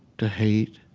to hate,